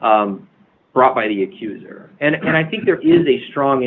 by the accuser and i think there is a strong